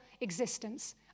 existence